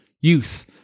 youth